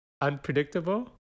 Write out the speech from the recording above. unpredictable